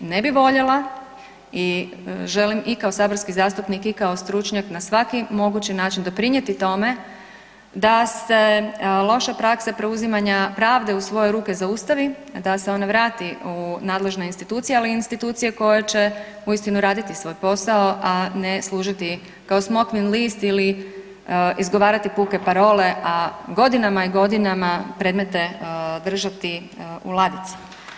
Ne bih voljela i želim i kao saborski zastupnik i kao stručnjak na svaki mogući način doprinijeti tome da se loša praksa preuzimanja pravde u svoje ruke zaustavi, da se ona vrati u nadležne institucije, ali i institucije koje će uistinu raditi svoj posao, a ne služiti kao smokvin list ili izgovarati puke parole, a godinama i godinama predmete držati u ladici.